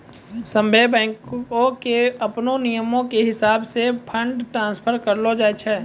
सभ्भे बैंको के अपनो नियमो के हिसाबैं से फंड ट्रांस्फर करलो जाय छै